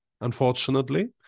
Unfortunately